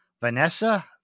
Vanessa